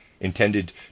intended